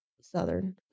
southern